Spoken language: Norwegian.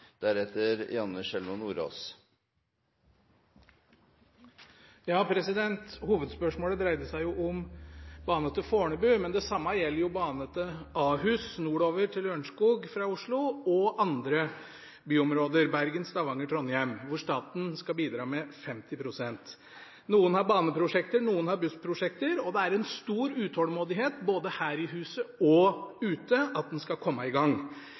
Hovedspørsmålet dreide seg om bane til Fornebu, men det samme gjelder jo bane til Ahus, nordover til Lørenskog fra Oslo, og andre byområder – Bergen, Stavanger, Trondheim, hvor staten skal bidra med 50 pst. Noen har baneprosjekter, noen har bussprosjekter. Det er stor utålmodighet både her i huset og ute etter å komme i gang.